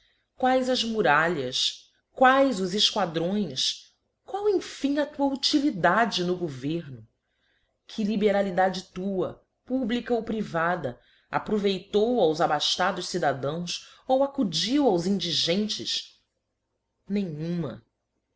quaes as muralhas quaes os efquadrões qual emfim a tua utilidade no governo que liberalidade tua publica ou privada aproveitou aos abaftados cidadãos ou acudiu aos indigentes nenhuma